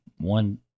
one